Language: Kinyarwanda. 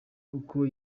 uko